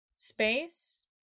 space